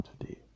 today